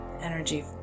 Energy